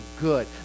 good